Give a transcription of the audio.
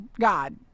God